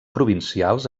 provincials